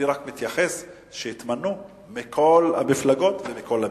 אני רק מתייחס לכך שהתמנו מכל המפלגות ומכל המגזרים,